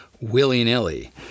willy-nilly